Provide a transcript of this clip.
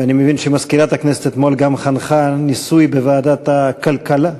ואני מבין שמזכירת הכנסת אתמול גם חנכה ניסוי בוועדת הכלכלה,